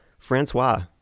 Francois